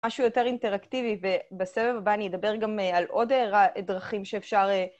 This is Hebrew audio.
משהו יותר אינטראקטיבי, ובסבב הבא אני אדבר גם על עוד דרכים שאפשר...